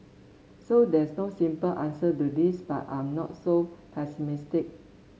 so there's no simple answer to this but I'm not so pessimistic